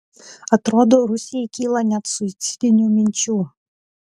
atrodo rusijai kyla net suicidinių minčių